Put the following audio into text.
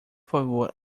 favor